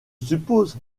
suppose